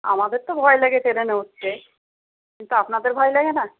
আমাদের তো ভয় লাগে ট্রেনে উঠতে কিন্তু আপনাদের ভয় লাগে না